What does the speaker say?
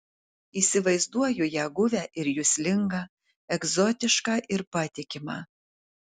įsivaizduoju ją guvią ir juslingą egzotišką ir patikimą